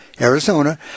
Arizona